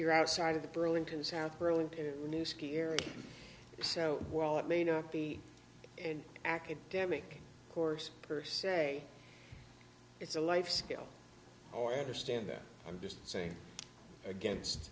you're outside of the burlington south burlington new ski area so while it may not be an academic course per se it's a life skill or understand that i'm just saying against